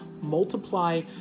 multiply